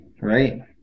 right